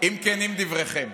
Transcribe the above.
כנים דבריכם,